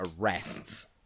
arrests